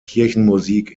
kirchenmusik